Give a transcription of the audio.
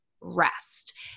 rest